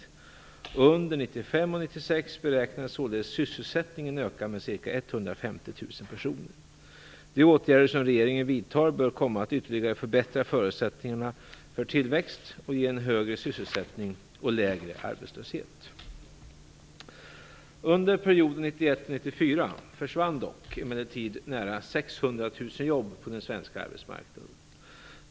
Under 1995 och 1996 beräknas således sysselsättningen öka med ca 150 000 personer. De åtgärder som regeringen vidtar bör komma att ytterligare förbättra förutsättningarna för tillväxt och ge en högre sysselsättning och lägre arbetslöshet. Under perioden 1991-1994 försvann emellertid nära 600 000 jobb på den svenska arbetsmarknaden.